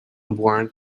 warrant